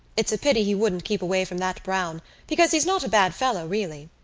it's a pity he wouldn't keep away from that browne, because he's not a bad fellow, really.